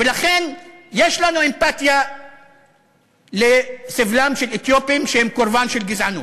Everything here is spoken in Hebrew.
ולכן יש לנו אמפתיה לסבלם של אתיופים שהם קורבן של גזענות.